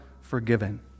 forgiven